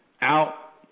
out